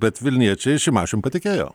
bet vilniečiai šimašium patikėjo